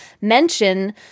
mention